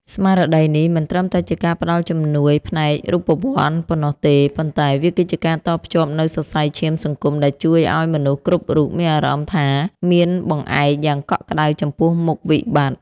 ស្មារតីនេះមិនត្រឹមតែជាការផ្ដល់ជំនួយផ្នែករូបវន្តប៉ុណ្ណោះទេ ប៉ុន្តែវាគឺជាការតភ្ជាប់នូវសរសៃឈាមសង្គមដែលជួយឱ្យមនុស្សគ្រប់រូបមានអារម្មណ៍ថាមានបង្អែកយ៉ាងកក់ក្ដៅចំពោះមុខវិបត្តិ។